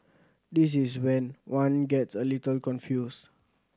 this is when one gets a little confused